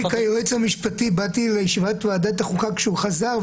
כיועץ המשפטי באתי לישיבת ועדת החוקה כשהוא חזר,